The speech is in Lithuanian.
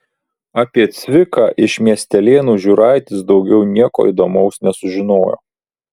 apie cviką iš miestelėnų žiūraitis daugiau nieko įdomaus nesužinojo